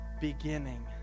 beginning